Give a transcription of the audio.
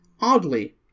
Oddly